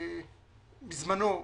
בזמנו,